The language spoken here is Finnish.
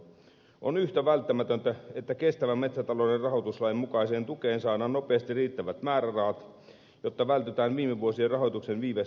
on yhtä välttämätöntä että kestävän metsätalouden rahoituslain mukaiseen tukeen saadaan nopeasti riittävät määrärahat jotta vältytään viime vuosien rahoituksen viivästyksiltä